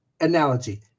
analogy